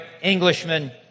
Englishman